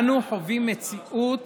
אנו חווים מציאות